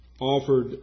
offered